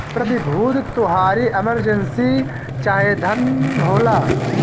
प्रतिभूति तोहारी इमर्जेंसी चाहे धन होला